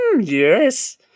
yes